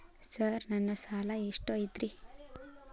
Sir ನನ್ನ ಸಾಲಾ ಎಷ್ಟು ಐತ್ರಿ?